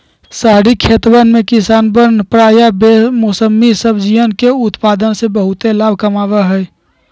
शहरी खेतवन में किसवन प्रायः बेमौसमी सब्जियन के उत्पादन से बहुत लाभ कमावा हई